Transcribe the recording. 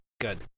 good